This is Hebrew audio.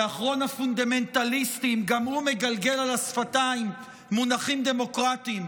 כאחרון הפונדמנטליסטים גם הוא מגלגל על השפתיים מונחים דמוקרטיים.